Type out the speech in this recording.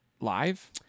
live